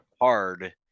hard